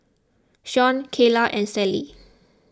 Shon Kaela and Sallie